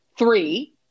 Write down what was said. three